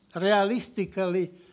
realistically